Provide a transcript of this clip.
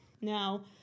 Now